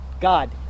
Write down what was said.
God